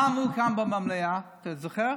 מה אמרו כאן במליאה, אתה זוכר?